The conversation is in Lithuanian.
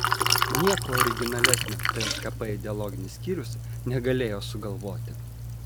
nieko originalesnio tskp ideologinis skyrius negalėjo sugalvoti